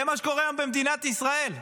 זה מה שקורה היום במדינת ישראל.